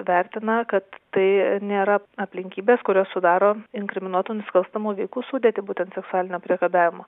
vertina kad tai nėra aplinkybės kurios sudaro inkriminuotų nusikalstamų veikų sudėtį būtent seksualinio priekabiavimo